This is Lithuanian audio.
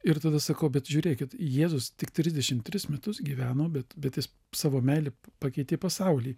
ir tada sakau bet žiūrėkit jėzus tik trisdešim tris metus gyveno bet bet jis savo meilę pakeitė pasaulį